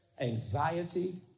anxiety